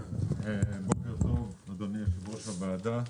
בוקר טוב, אדוני יושב-ראש הוועדה.